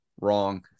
wrong